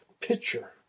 picture